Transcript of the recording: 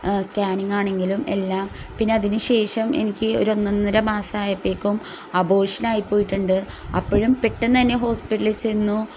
scanning ആണെങ്കിലും എല്ലാം പിന്നെ അതിനുശേഷം എനിക്ക് ഒരു ഒന്നൊന്നര മാസം ആയപ്പോഴേക്കും അബോഷൻ ആയിപ്പോയിട്ടുണ്ട് അപ്പോഴും പെട്ടെന്നുതന്നെ ഹോസ്പിറ്റലിൽ ചെന്നു